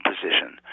position